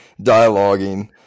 dialoguing